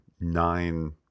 nine